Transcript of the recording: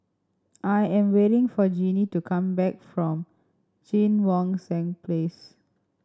I am waiting for Jinnie to come back from Cheang Wan Seng Place